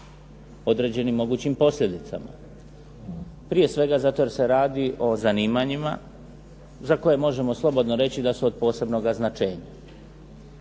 određenim mogućim posljedicama. Prije svega zato jer se radi o zanimanjima za koje možemo slobodno reći da su od posebnoga značenja.